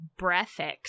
breathics